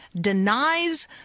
denies